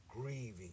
Grieving